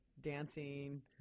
dancing